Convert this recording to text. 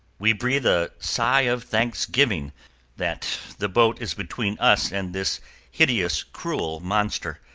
we breathe a sigh of thanksgiving that the boat is between us and this hideous, cruel monster,